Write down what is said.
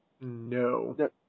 No